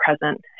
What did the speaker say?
present